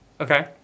Okay